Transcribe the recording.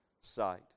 sight